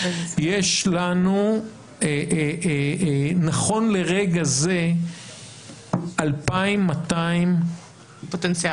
יש לנו נכון לרגע זה 2,200 פוטנציאל